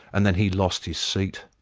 and then he lost his seat,